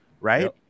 Right